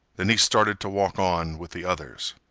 then he started to walk on with the others.